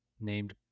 named